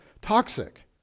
Toxic